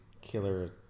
killer